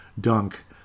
dunk